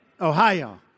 Ohio